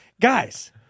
guys